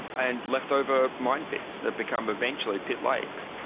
and left over mine pits that become eventually pit lakes.